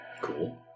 Cool